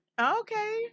Okay